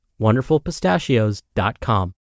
wonderfulpistachios.com